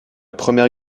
première